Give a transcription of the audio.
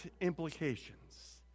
implications